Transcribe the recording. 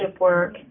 work